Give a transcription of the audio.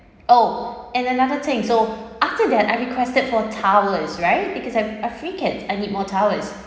oh and another thing so after that I requested for towels right because I'm a frequent I need more towels